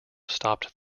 stopped